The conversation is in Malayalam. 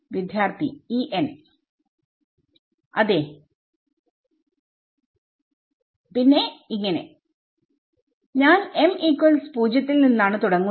വിദ്യാർത്ഥി En അതേ പിന്നെ ഞാൻ m0 യിൽ നിന്നാണ് തുടങ്ങുന്നത്